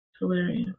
hilarious